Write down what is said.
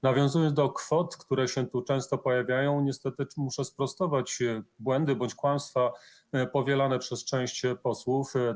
Nawiązując do kwot, które się tu często pojawiają, niestety muszę sprostować błędy bądź kłamstwa powielane przez część posłów.